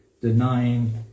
denying